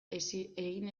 egin